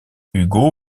hugo